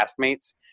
castmates